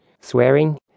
swearing